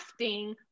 crafting